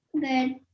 Good